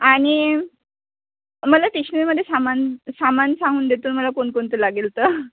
आणि मला टेशनरीमध्ये सामान सामान सांगून देतो मला कोणकोणतं लागेल तर